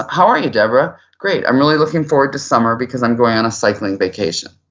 ah how are you debra? great, i'm really looking forward to summer because i'm going on a cycling vacation.